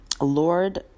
Lord